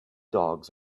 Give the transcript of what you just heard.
dogs